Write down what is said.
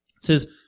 says